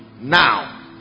Now